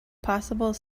possible